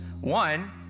One